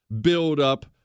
build-up